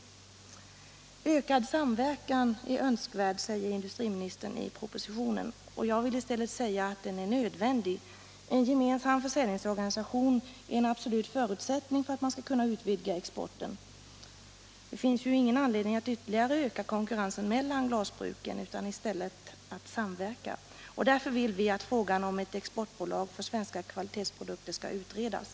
Åtgärder för den Ökad samverkan är önskvärd, säger industriministern i propositionen. manuella glasindu Jag vill i stället säga att den är nödvändig. En gemensam försäljnings = strin organisation är en absolut förutsättning för att man skall kunna utvidga exporten. Det finns ju ingen anledning att ytterligare öka konkurrensen Om målsättningen mellan glasbruken. Därför vill vi att frågan om ett exportbolag för svenska = för stödet till den kvalitetsprodukter skall utredas.